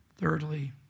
Thirdly